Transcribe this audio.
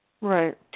Right